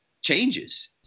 changes